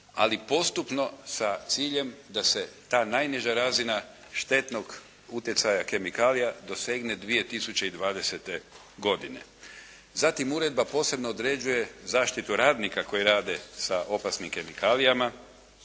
ali postupno sa ciljem da se ta najniža razina štetnog utjecaja kemikalija dosegne 2020. godine. Zatim uredba posebno određuje zaštitu radnika koji rade sa opasnim kemikalijama.